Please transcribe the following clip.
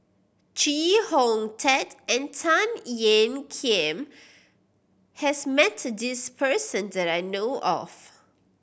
Chee Hong Tat and Tan Ean Kiam has met this person that I know of